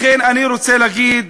לכן אני רוצה להגיד,